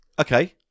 Okay